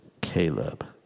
Caleb